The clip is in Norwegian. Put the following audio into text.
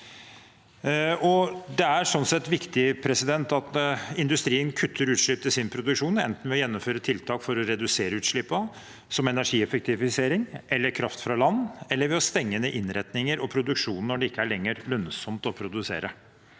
sett viktig at industrien kutter utslipp til sin produksjon, enten ved å gjennomføre tiltak for å redusere utslippene, som energieffektivisering, eller ved kraft fra land eller ved å stenge ned innretningene og produksjonen når det ikke lenger er lønnsomt å produsere.